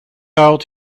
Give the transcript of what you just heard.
out